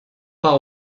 part